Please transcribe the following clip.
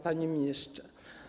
Panie Ministrze!